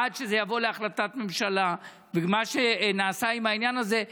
עד שזה יבוא להחלטת ממשלה ומה שנעשה עם העניין הזה,